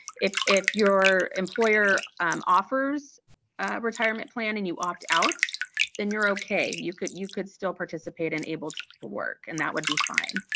if if your employer offers retirement plan and you opt out then you're okay you could you could still participate in able to to work and that would be fine.